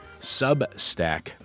Substack